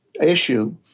issue